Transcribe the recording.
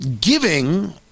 Giving